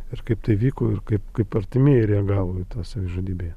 ir kaip tai vyko ir kaip kaip artimieji reagavo į tą savižudybę